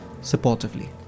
supportively